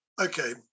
Okay